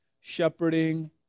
shepherding